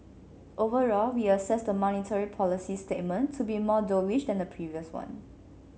overall we assess the monetary policy statement to be more dovish than the previous one